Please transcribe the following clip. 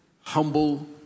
humble